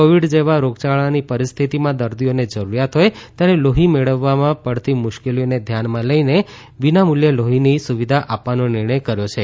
Covid જેવા રોગયાળાની પરિસ્થિતિમાં દર્દીઓને જરૂરીયાત હોય ત્યારે લોફી મેળવવામાં પડતી મુશ્કેલીઓને ધ્યાનમાં લઇને વિના મુલ્યે લોફીની સુવિધા આપવાનો નિર્ણય કર્યો છે